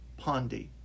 Pondy